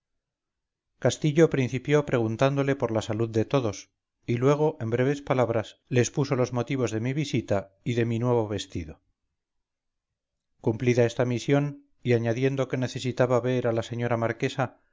castillo principió preguntándole por la salud de todos y luego en breves palabras le expuso los motivos de mi visita y de mi nuevo vestido cumplida esta misión y añadiendo que necesitaba ver a la señora marquesa